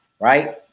right